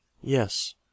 Yes